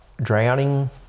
drowning